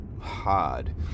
hard